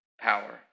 power